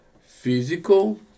physical